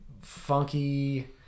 funky